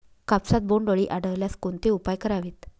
कापसात बोंडअळी आढळल्यास कोणते उपाय करावेत?